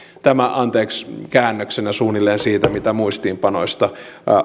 tämä anteeksi suunnilleen käännöksenä siitä mitä muistiinpanoista